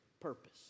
purpose